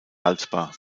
haltbar